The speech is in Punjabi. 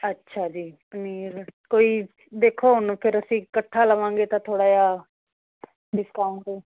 ਅੱਛਾ ਜੀ ਪਨੀਰ ਕੋਈ ਦੇਖੋ ਹੁਣ ਫੇਰ ਅਸੀਂ ਕੱਠਾ ਲਵਾਂਗੇ ਤਾਂ ਥੋੜਾ ਜਿਆ ਡਿਸਕਾਊਂਟ